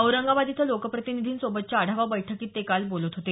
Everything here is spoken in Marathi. औरंगाबाद इथं लोकप्रतिनिधींसोबतच्या आढावा बैठकीत ते काल बोलत होते